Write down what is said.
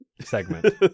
segment